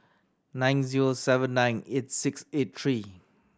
nine zero seven nine eight six eight three